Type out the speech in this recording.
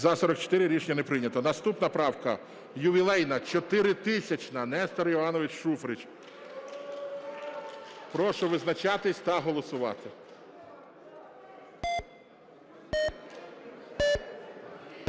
За-44 Рішення не прийнято. Наступна правка ювілейна 4000-а, Нестор Іванович Шуфрич. Прошу визначатись та голосувати.